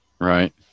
right